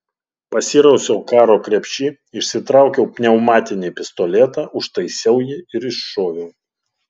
pasirausiau karo krepšy išsitraukiau pneumatinį pistoletą užtaisiau jį ir iššoviau